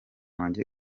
wanjye